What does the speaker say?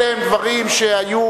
אלה הם דברים שהיו.